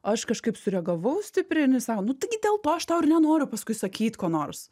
o aš kažkaip sureagavau stipriai nu jinai sako nu taigi dėl to aš tau ir nenoriu paskui sakyt ko nors